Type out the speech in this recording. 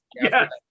Yes